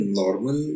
normal